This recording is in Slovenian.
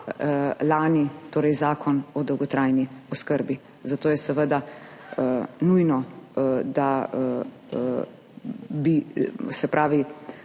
lani, torej Zakon o dolgotrajni oskrbi. Zato je seveda nujno, da ta vlada